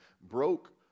broke